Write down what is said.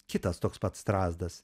kitas toks pat strazdas